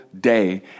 day